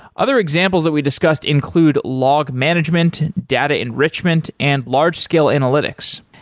other examples that we discussed include log management, data enrichment and large scale analytics.